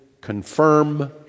confirm